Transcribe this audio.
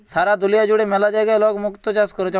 সারা দুলিয়া জুড়ে ম্যালা জায়গায় লক মুক্ত চাষ ক্যরে